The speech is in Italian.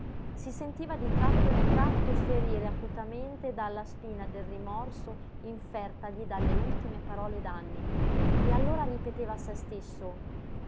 si sentiva di tratto in tratto ferire acutamente dalla spina del rimorso infertagli dalle ultime parole d'anny e allora ripeteva a se stesso